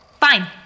Fine